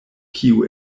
kiu